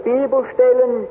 Bibelstellen